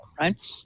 Right